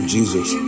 Jesus